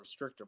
restrictor